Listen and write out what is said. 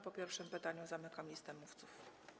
Po pierwszym pytaniu zamykam listę mówców.